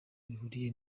bihuriye